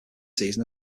season